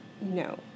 No